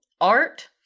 art